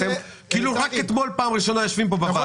כאילו רק אתמול בפעם הראשונה אתם יושבים בוועדה.